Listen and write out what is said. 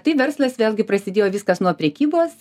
tai verslas vėlgi prasidėjo viskas nuo prekybos